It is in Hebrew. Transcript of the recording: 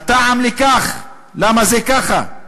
"הטעם לכך" למה זה ככה?